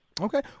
Okay